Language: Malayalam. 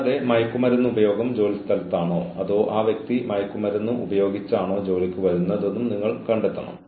കൂടാതെ നോക്കൂ നന്നായി പ്രവർത്തിക്കാൻ തുടങ്ങൂ എന്ന് നിങ്ങൾ പറയും